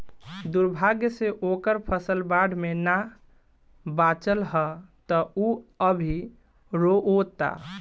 दुर्भाग्य से ओकर फसल बाढ़ में ना बाचल ह त उ अभी रोओता